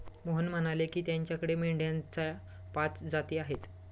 मोहन म्हणाले की, त्याच्याकडे मेंढ्यांच्या पाच जाती आहेत